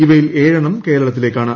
ഇവയിൽ ഏഴെണ്ണം കേരളത്തിലേയ്ക്കാണ്